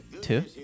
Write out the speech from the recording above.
two